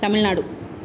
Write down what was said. Tamil Nadu